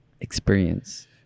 experience